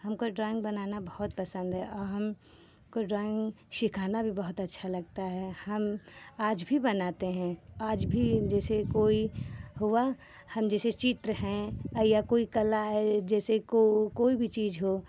हमको ड्राइंग बनाना बहुत पसंद है और हमको ड्राइंग सिखाना भी बहुत अच्छा लगता है हम आज भी बनाते हैं आज भी अब जैसे कोई हुआ हम जैसे चित्र हैं औ या कोई कला ये जैसे को कोई भी चीज़ हो